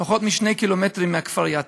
פחות מ-2 ק"מ מהכפר יטא.